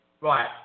Right